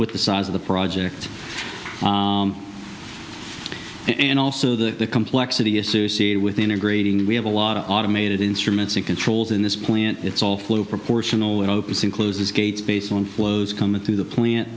with the size of the project and also the complexity associated with integrating we have a lot of automated instruments and controls in this plant it's all proportional it opens and closes gates based on flows coming through the plant